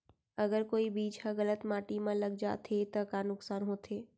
अगर कोई बीज ह गलत माटी म लग जाथे त का नुकसान होथे?